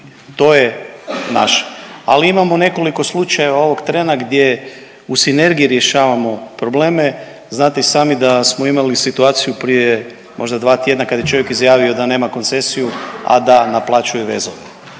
to je naše, ali imamo nekoliko slučajeva ovog trena gdje u sinergiji rješavamo probleme. Znate i sami da smo imali situaciju prije možda dva tjedna kad je čovjek izjavio da nema koncesiju, a da naplaćuje vezove,